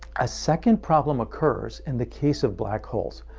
a second problem occurs in the case of black holes.